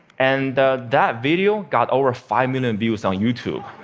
and that video got over five million views on youtube.